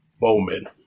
bowman